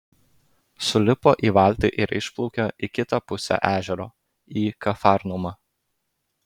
sulipo į valtį ir išplaukė į kitą pusę ežero į kafarnaumą